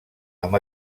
amb